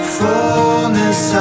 fullness